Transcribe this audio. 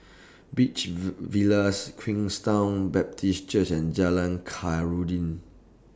Beach Villas Queenstown Baptist Church and Jalan Khairuddin